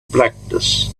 blackness